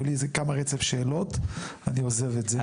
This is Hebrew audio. היה לי רצף של שאלות אני עוזב את זה.